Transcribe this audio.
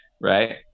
right